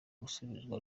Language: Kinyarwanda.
gusubizwa